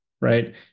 right